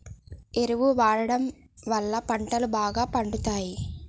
ఎరువు వాడడం వళ్ళ పంటలు బాగా పండుతయి